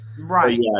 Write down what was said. Right